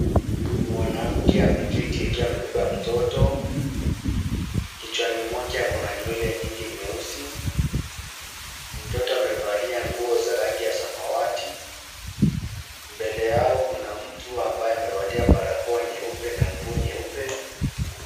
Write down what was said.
Mwanamke ameketi akiwa amebeba mtoto. Kichwani mwake ako na nywele nyingi nyeusi. Mtoto amevalia nguo za rangi ya samawati. Mbele yao kuna mtu ambaye amevalia barakoa nyeupe na nguo nyeupe.